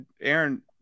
Aaron